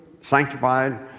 sanctified